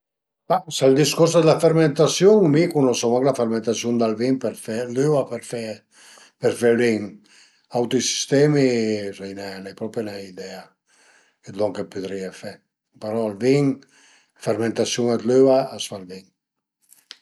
Ma s'ël discurs d'la fermentasiun, mi cunosu mach la fermentasiun del vin për fe, l'üa për fe ël vin, auti sistemi sai nen, n'ai propi nen idea, d'lon che pudrìe fe, però ël vin, fermentasiun dë l'üa a s'fa ël vin